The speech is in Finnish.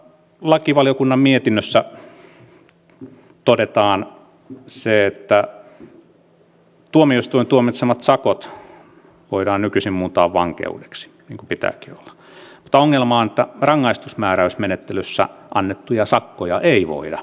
lakivaliokunnan mietinnössä todetaan se että tuomioistuimen tuomitsemat sakot voidaan nykyisin muuntaa vankeudeksi niin kuin pitääkin olla mutta ongelma on että rangaistusmääräysmenettelyssä annettuja sakkoja ei voida